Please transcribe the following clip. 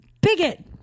bigot